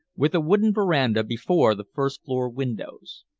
with a wooden veranda before the first floor windows.